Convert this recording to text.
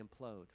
implode